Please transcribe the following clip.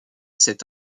cet